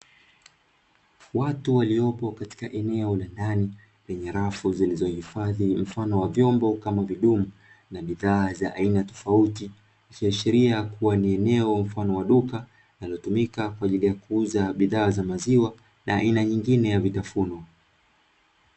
Watu waliopo katika eneo la ndani yenye rafu zilizohifadhi mfano wa vyombo kama vidumu na bidhaa za aina tofauti; ikiashiria kuwa ni eneo mfano wa duka litumikalo kwa ajili ya kuuza bidhaa za maziwa na aina nyingine ya vitafunwa.